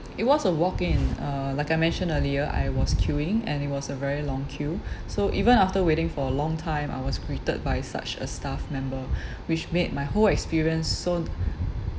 it was a walk-in uh like I mentioned earlier I was queuing and it was a very long queue so even after waiting for a long time I was greeted by such a staff member which made my whole experience so